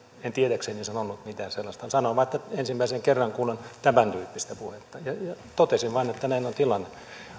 en tietääkseni sanonut mitään sellaista sanoin vain että ensimmäisen kerran kuulen tämäntyyppistä puhetta ja totesin vain että näin on tilanne